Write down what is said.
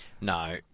no